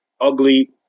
ugly